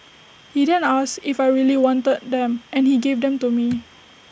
he then asked if I really wanted them and he gave them to me